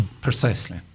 Precisely